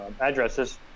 addresses